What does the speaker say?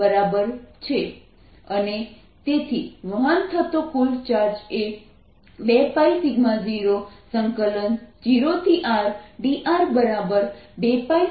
dr×0r2π0dr અને તેથી વહન થતો કુલ ચાર્જ એ 2π00Rdr2π0R છે